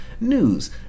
news